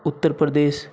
Uttar Pradesh